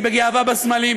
היא בגאווה בסמלים.